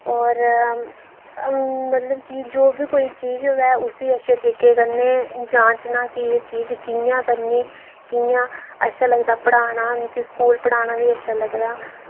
और मतलब कि जो बी कोई चीज होवै उसी अच्छे तरीके कन्नै जांचना कि एह् चीज कि'यां करनी कि'यां अच्छा लगदा पढ़ाना मिकी स्कूल पढ़ाना बी अच्छा लगदा